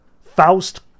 Faust